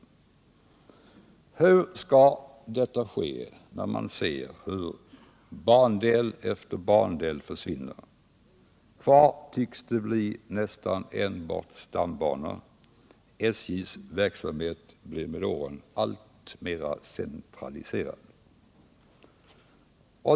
Men hur skall detta ske, när man ser hur bandel efter bandel försvinner? Kvar tycks bli nästan enbart stambanor. SJ:s verksamhet blir med åren alltmer centraliserad.